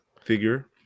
figure